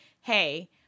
hey